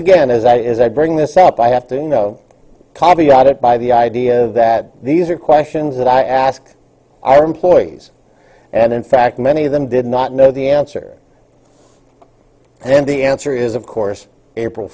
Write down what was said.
again as it is i bring this up i have to know copyrighted by the idea that these are questions that i ask our employees and in fact many of them did not know the answer and the answer is of course april